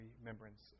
remembrance